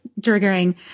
triggering